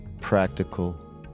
practical